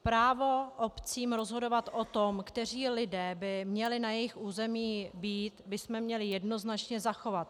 Právo obcím rozhodovat o tom, kteří lidé by měli na jejich území být, bychom měli jednoznačně zachovat.